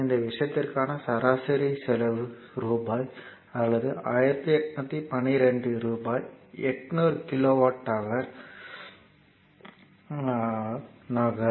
இந்த விஷயத்திற்கான சராசரி செலவு ரூபாய் அல்லது 1812 ரூபாய் 800 கிலோவாட் ஹவர் ஆல் நுகரும்